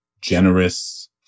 generous